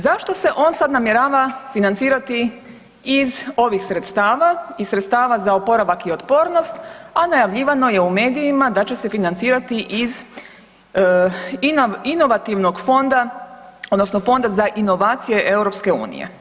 Zašto se on sada namjerava financirati iz ovih sredstava iz sredstava za oporavak i otpornost, a najavljivano je u medijima da će se financirati iz inovativnog fonda odnosno Fonda za inovacije EU?